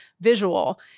visual